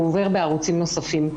הוא עובר בערוצים נוספים.